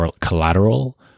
collateral